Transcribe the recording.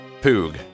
Poog